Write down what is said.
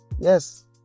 yes